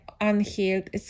unhealed